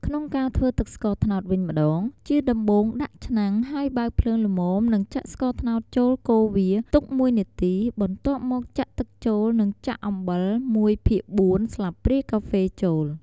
ក្នុងការធ្វើទឹកស្ករត្នោតវិញម្តងជាដំបូងដាក់ឆ្នាំងហើយបើកភ្លើងល្មមនិងចាក់ស្ករត្នោតចូលកូរវាទុកមួយនាទីបន្ទាប់មកចាក់ទឹកចូលនិងចាក់អំបិលមួយភាគបួនស្លាបព្រាកាហ្វចូល ។